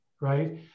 right